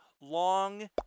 long